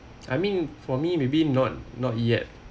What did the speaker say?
I mean for me maybe not not yet